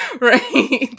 Right